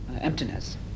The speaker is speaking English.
emptiness